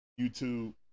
YouTube